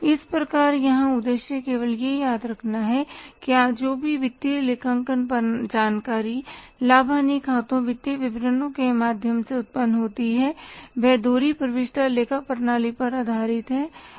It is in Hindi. इस प्रकार यहाँ उद्देश्य केवल यह याद रखना है कि आज जो भी वित्तीय लेखांकन जानकारी लाभ हानि खातों वित्तीय विवरण के माध्यम से उत्पन्न होती है वह दोहरी प्रविष्टि लेखा प्रणाली पर आधारित है